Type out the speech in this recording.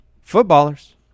footballers